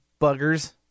buggers